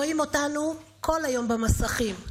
רואים אותנו כל היום במסכים,